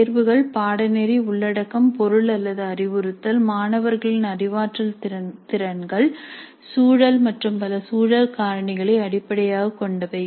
தேர்வுகள் பாடநெறி உள்ளடக்கம் பொருள் அல்லது அறிவுறுத்தல் மாணவர்களின் அறிவாற்றல் திறன்கள் சூழல் மற்றும் பல சூழல் காரணிகளை அடிப்படையாகக் கொண்டவை